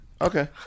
okay